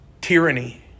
tyranny